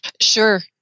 Sure